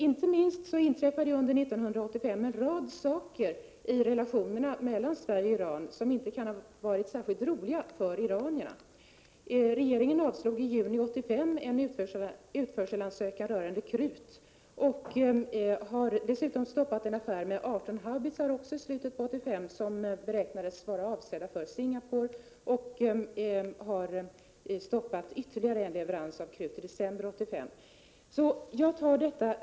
Inte minst inträffade under 1985 en rad saker i relationerna mellan Sverige och Iran som inte kan ha varit särskilt roliga för iranierna. Regeringen avslog i juni 1985 en sar, som var avsedda för Singapore, och sedan stoppades ytterligare en leverans av krut i december 1985.